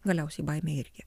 galiausiai baimė irgi